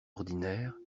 ordinaire